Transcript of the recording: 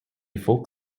folk